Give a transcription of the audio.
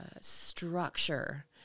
structure